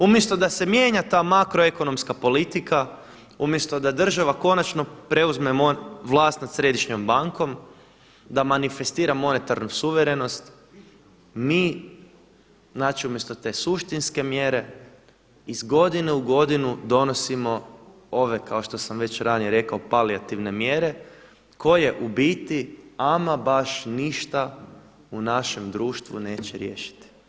Umjesto da se mijenja ta makroekonomska politika, umjesto da država konačno preuzme vlast nad središnjom bankom, da manifestira monetarnu suverenost, mi znači umjesto te suštinske mjere iz godine u godinu donosimo ove kao što sam već ranije rekao palijativne mjere koje u biti ama baš ništa u našem društvu neće riješiti.